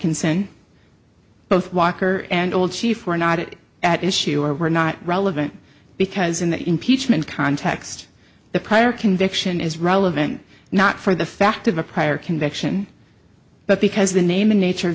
concerned both walker and old chief or not it at issue are not relevant because in the impeachment context the prior conviction is relevant not for the fact of a prior conviction but because the name in nature